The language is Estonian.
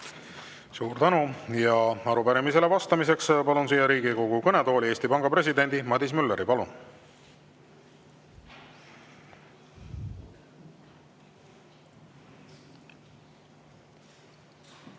Suur tänu! Arupärimisele vastamiseks palun Riigikogu kõnetooli Eesti Panga presidendi Madis Mülleri. Palun!